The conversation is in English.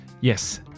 Yes